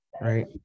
right